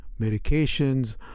medications